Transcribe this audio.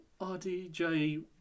RDJ